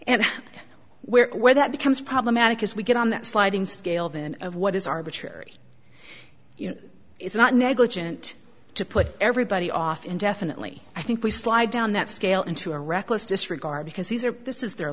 and where where that becomes problematic is we get on that sliding scale then of what is arbitrary you know it's not negligent to put everybody off indefinitely i think we slide down that scale into a reckless disregard because these are this is their